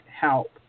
help